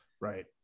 Right